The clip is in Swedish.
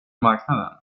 marknaden